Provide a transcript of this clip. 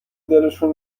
دلشون